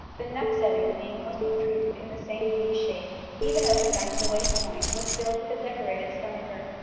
the neck setting being mostly treated in the same v shape, even open down to the waist point was filled with a decorated stomacher,